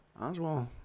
Oswald